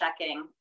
checking